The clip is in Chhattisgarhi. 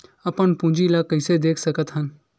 अपन पूंजी ला कइसे देख सकत हन?